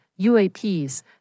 UAPs